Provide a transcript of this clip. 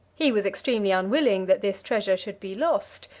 he was extremely unwilling that this treasure should be lost.